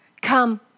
come